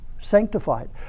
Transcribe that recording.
sanctified